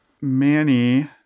Manny